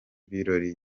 birori